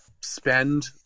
spend